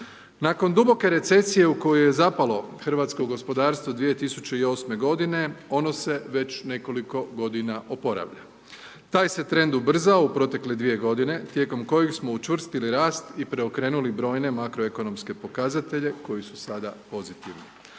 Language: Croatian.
Nakon duboke recesije u koju je zapalo hrvatsko gospodarstvo 2008. godine, ono se već nekoliko godina oporavlja. Taj se trend ubrzao, u protekle dvije godine tijekom kojeg smo učvrstili rast i preokrenuli brojne makroekonomske pokazatelje, koji su sada pozitivni.